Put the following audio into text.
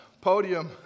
podium